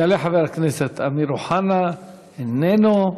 יעלה חבר הכנסת אמיר אוחנה, איננו.